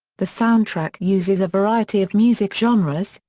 the soundtrack uses a variety of music genres,